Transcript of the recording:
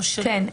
כן,